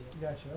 Gotcha